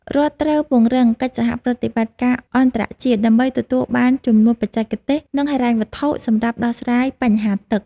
រដ្ឋត្រូវពង្រឹងកិច្ចសហប្រតិបត្តិការអន្តរជាតិដើម្បីទទួលបានជំនួយបច្ចេកទេស និងហិរញ្ញវត្ថុសម្រាប់ដោះស្រាយបញ្ហាទឹក។